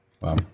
Wow